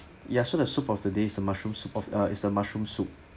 yeah so the soup of the day is the mushroom soup of ah is the mushroom soup